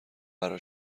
برا